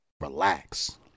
relax